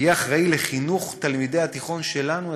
יהיה אחראי לחינוך תלמידי התיכון שלנו,